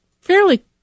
fairly